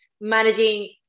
managing